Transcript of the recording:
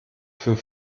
für